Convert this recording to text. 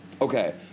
Okay